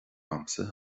agamsa